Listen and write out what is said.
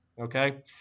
Okay